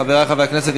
חברי חברי הכנסת,